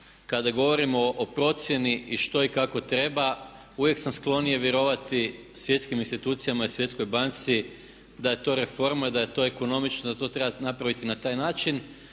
kada govorimo o procjeni i što i kako treba uvijek sam sklonije vjerovati svjetskim institucijama i svjetskoj banci da je to reforma i da je to ekonomično i da to treba napraviti na taj način